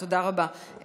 תודה רבה.